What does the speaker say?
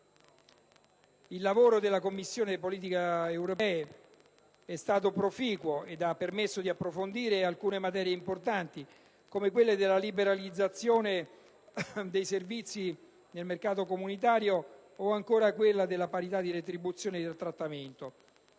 Il lavoro della 14a Commissione è stato proficuo ed ha permesso di approfondire alcune materie importanti, come quella della liberalizzazione dei servizi nel mercato comunitario o, ancora, quella della parità di retribuzione e di trattamento.